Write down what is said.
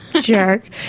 Jerk